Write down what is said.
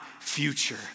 future